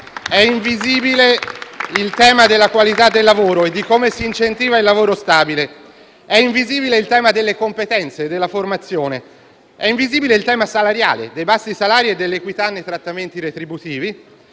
È invisibile il tema della qualità del lavoro e di come si incentiva il lavoro stabile. È invisibile il tema delle competenze e della formazione. È invisibile il tema salariale, dei bassi salari e dell'equità nei trattamenti retributivi.